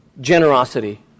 Generosity